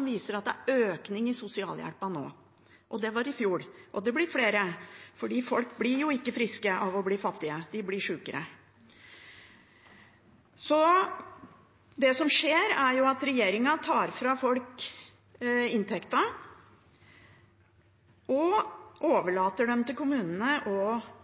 viser seg at det i fjor var en økning i bruken av sosialhjelp på 500 mill. kr, og det vil bli mer, for folk blir ikke friske av å bli fattige – de blir sykere. Det som skjer, er at regjeringen tar inntekten fra folk og overlater dem til kommunene og